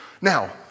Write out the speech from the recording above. Now